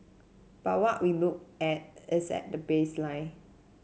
but what we look at is the baseline